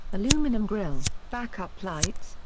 aluminum grille, backup lights,